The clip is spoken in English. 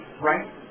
Right